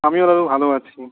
আমিও দাদু ভালো আছি